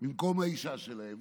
במקום האישה שלהם,